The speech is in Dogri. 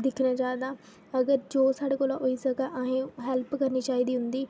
दिक्खना चाहिदा अगर जो साढ़े कोला होई सकै अहें हेल्प करनी चाहिदी उं'दी